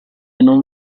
non